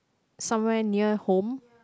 somewhere near home